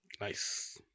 Nice